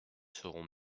seront